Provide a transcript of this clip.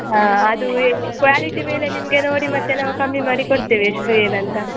ಅದು ವೇ ಕ್ವ್ಯಾಲಿಟಿ ಮೇಲೆ ನಿಮಗೆ ನೋಡಿ ಮತ್ತು ನಾವು ಕಮ್ಮಿ ಮಾಡಿಕೊಡ್ತೇವೆ ಎಷ್ಟು ಏನಂತ